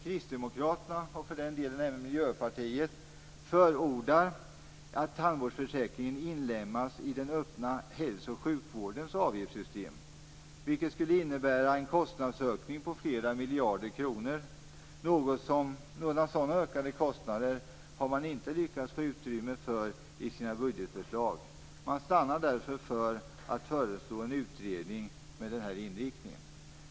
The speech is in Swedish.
Kristdemokraterna, och för den delen även Miljöpartiet, förordar att tandvårdsförsäkringen inlemmas i den öppna hälso och sjukvårdens avgiftssystemet, vilket skulle innebära en kostnadsökning på flera miljarder kronor. Några sådana ökade kostnader har man inte lyckats få utrymme för i sina budgetförslag. Man stannar därför för att föreslå en utredning med den inriktningen.